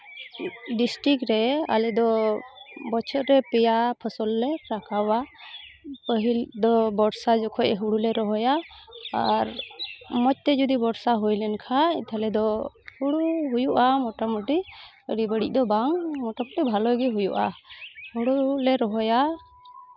district ᱨᱮ ᱟᱞᱮ ᱫᱚ ᱵᱚᱪᱷᱚᱨ ᱨᱮ ᱯᱮᱭᱟ ᱯᱷᱚᱥᱚᱞ ᱞᱮ ᱨᱟᱠᱟᱵᱟ ᱯᱟᱹᱦᱤᱞ ᱫᱚ ᱵᱚᱨᱥᱟ ᱡᱚᱠᱷᱚᱡ ᱦᱩᱲᱩᱞᱮ ᱨᱚᱦᱚᱭᱟ ᱟᱨ ᱢᱚᱡᱽ ᱛᱮ ᱡᱚᱫᱤ ᱵᱚᱨᱥᱟ ᱦᱩᱭ ᱞᱮᱱᱠᱷᱟᱡ ᱛᱟᱦᱚᱞᱮ ᱫᱚ ᱦᱩᱲᱩ ᱦᱩᱭᱩᱜᱼᱟ ᱢᱳᱴᱟᱢᱩᱴᱤ ᱟᱹᱰᱤ ᱵᱟᱹᱲᱤᱡ ᱫᱚ ᱵᱟᱝ ᱢᱳᱴᱟᱢᱩᱴᱤ ᱵᱷᱟᱞᱮ ᱜᱮ ᱦᱩᱭᱩᱜᱼᱟ ᱦᱩᱲᱩᱞᱮ ᱨᱚᱦᱚᱭᱟ